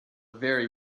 very